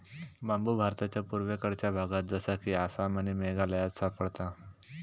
बांबु भारताच्या पुर्वेकडच्या भागात जसा कि आसाम आणि मेघालयात सापडता